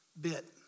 bit